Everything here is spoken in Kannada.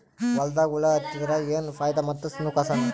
ಹೊಲದಾಗ ಹುಳ ಎತ್ತಿದರ ಏನ್ ಫಾಯಿದಾ ಮತ್ತು ನುಕಸಾನ?